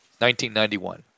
1991